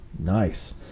nice